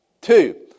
Two